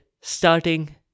starting